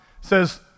says